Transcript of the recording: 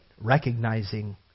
recognizing